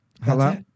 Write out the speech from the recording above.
hello